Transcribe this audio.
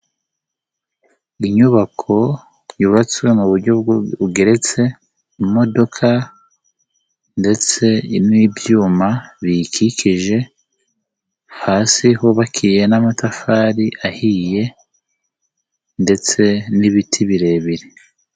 Inyubako yubatswe mu buryo bugeretse, imodoka ndetse n'ibyuma biyikikije, hasi hubakiye n'amatafari ahiye ndetse n'ibiti birebire.